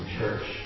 church